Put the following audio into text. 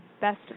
Best